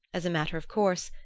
as a matter of course,